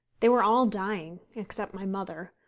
they were all dying except my mother,